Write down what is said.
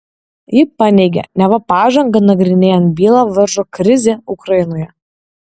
ji paneigė neva pažangą nagrinėjant bylą varžo krizė ukrainoje